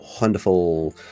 wonderful